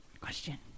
question